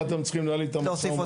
אז זה אתם צריכים לנהל איתם משא ומתן.